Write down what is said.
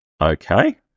Okay